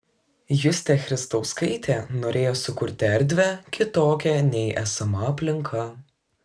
justė christauskaitė norėjo sukurti erdvę kitokią nei esama aplinka